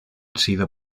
sido